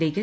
ലേക്ക്